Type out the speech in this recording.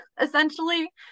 essentially